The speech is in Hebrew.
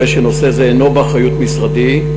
הרי שנושא זה אינו באחריות משרדי,